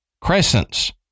crescents